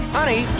Honey